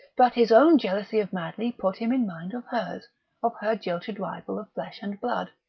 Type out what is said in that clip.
but his own jealousy of madley put him in mind of hers of her jilted rival of flesh and blood,